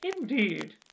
Indeed